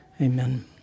Amen